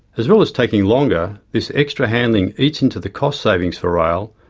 as well as taking longer, this extra handling eats into the cost savings for rail,